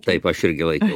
taip aš irgi laikiau